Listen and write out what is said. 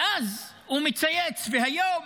ואז הוא מצייץ, והיום